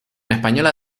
española